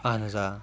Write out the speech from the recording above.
اہن حظ آ